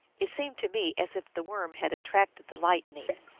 it seemed to me as if the worm had attracted the lightning.